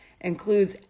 includes